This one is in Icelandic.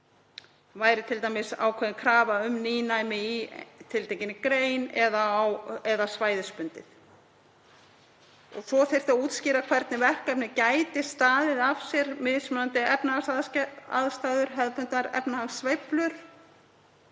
Hún væri t.d. ákveðin krafa um nýnæmi í tiltekinni grein eða svæðisbundið. Svo þyrfti að útskýra hvernig verkefni gæti staðið af sér mismunandi efnahagsaðstæður, hefðbundnar efnahagssveiflur,